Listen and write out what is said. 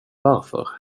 varför